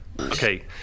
Okay